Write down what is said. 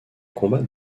combat